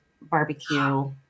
barbecue